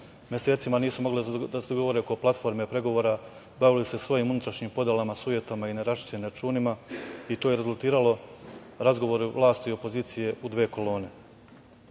Mesecima nisu mogli da se dogovore oko platforme pregovora, bavili se svojim unutrašnjim podelama, sujetama i neraščišćenim računima i to je rezultiralo razgovore u vlasti i opozicije u dve